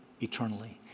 eternally